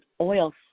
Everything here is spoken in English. oil